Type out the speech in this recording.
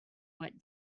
what